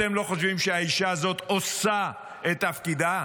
אתם לא חושבים שהאישה הזאת עושה את תפקידה?